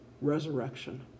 resurrection